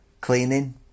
Cleaning